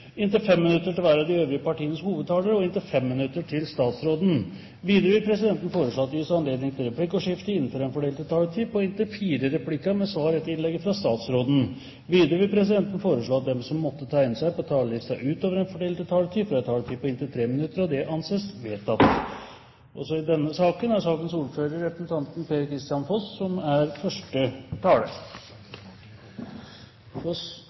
inntil 5 minutter til hver av de øvrige partienes hovedtalere og inntil 5 minutter til statsråden. Videre vil presidenten foreslå at det gis anledning til replikkordskifte innenfor den fordelte taletid på inntil fire replikker med svar etter innlegget fra statsråden. Videre vil presidenten foreslå at de som måtte tegne seg på talerlisten utover den fordelte taletid, får en taletid på inntil 3 minutter. – Det anses vedtatt. Dette er en viktig sak, der Riksrevisjonen påpeker at Stortinget ikke har fått informasjon som er